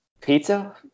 Pizza